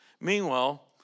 Meanwhile